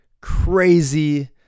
crazy